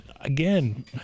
Again